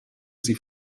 sie